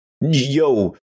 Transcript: yo